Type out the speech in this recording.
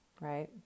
right